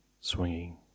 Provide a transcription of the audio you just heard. swinging